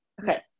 okay